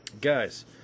guys